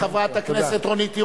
חברת הכנסת רונית תירוש,